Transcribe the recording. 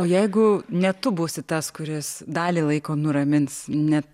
o jeigu ne tu būsi tas kuris dalį laiko nuramins ne